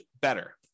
better